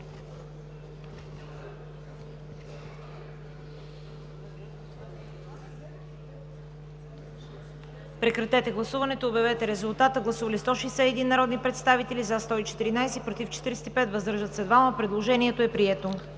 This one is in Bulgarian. Прекратете гласуването и обявете резултата. Гласували 143 народни представители: за 105, против 38, въздържали се няма. Предложението е прието.